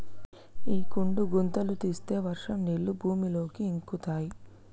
ఇంకుడు గుంతలు తీస్తే వర్షం నీళ్లు భూమిలోకి ఇంకుతయ్